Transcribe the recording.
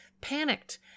panicked